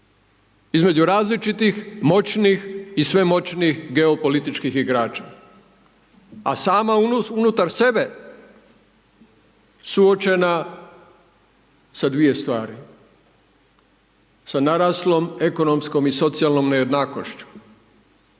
između različitih moćnih i sve moćnijih geopolitičkih igrača, a sama unutar sebe suočena sa dvije stvari. Sa naraslom ekonomskom i socijalnom nejednakošću,